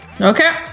Okay